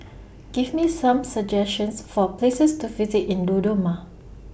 Give Me Some suggestions For Places to visit in Dodoma